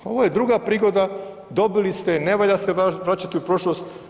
Ovo je druga prigoda dobili ste, ne valja se vraćati u prošlost.